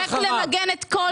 תודה רבה.